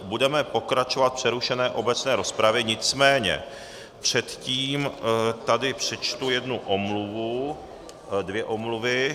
Budeme pokračovat v přerušené obecné rozpravě, nicméně předtím tady přečtu jednu omluvu, dvě omluvy.